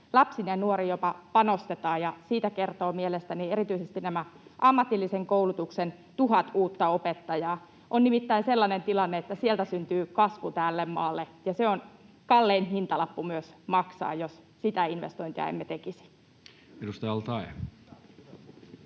Lapsiin ja nuoriin jopa panostetaan, ja siitä kertoo mielestäni erityisesti nämä ammatillisen koulutuksen tuhat uutta opettajaa. On nimittäin sellainen tilanne, että sieltä syntyy kasvu tälle maalle, ja se on kallein hintalappu myös maksaa, jos sitä investointia emme tekisi.